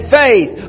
faith